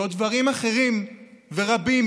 ועוד דברים אחרים ורבים,